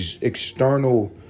external